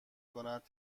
کند